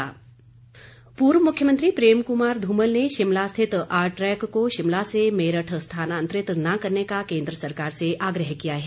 धूमल पूर्व मुख्यमंत्री प्रेम कुमार धूमल ने शिमला स्थित आरट्रेक को शिमला से मेरठ स्थानांतरित न करने का केंद्र सरकार से आग्रह किया है